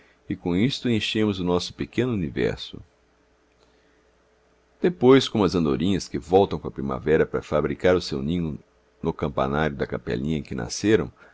e com isto enchemos o nosso pequeno universo depois como as andorinhas que voltam com a primavera para fabricar o seu ninho no campanário da capelinha em que nasceram